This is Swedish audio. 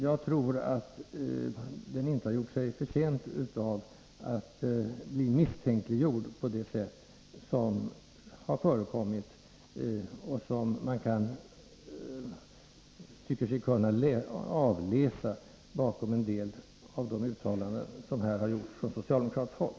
Jag anser att verksamheten inte bör bli misstänkliggjord på det sätt som förekommit och som jag tycker mig kunna avläsa bakom en del av de uttalanden som gjorts från socialdemokratiskt håll.